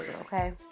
okay